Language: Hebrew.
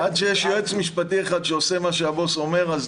עד שיש יועץ משפטי אחד שעושה מה שהבוס אומר.